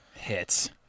Hits